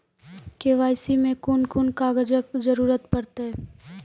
KYC मे कून कून कागजक जरूरत परतै?